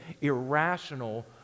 irrational